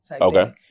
Okay